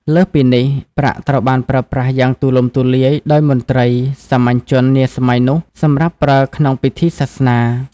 លើសពីនេះ ប្រាក់ត្រូវបានប្រើប្រាស់យ៉ាងទូលំទូលាយដោយមន្ត្រី សាមញ្ញជននាសម័យនោះ សម្រាប់ប្រើក្នុងពិធីសាសនា។